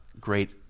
great